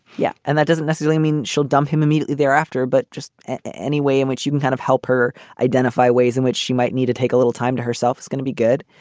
yeah. and that doesn't necessarily mean she'll dump him immediately thereafter. but just any way in which you can kind of help her identify ways in which she might need to take a little time to herself is gonna be good.